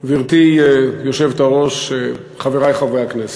גברתי היושבת-ראש, חברי חברי הכנסת,